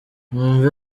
mwumve